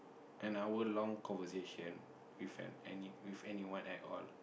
an hour long conversation with an any with anyone at all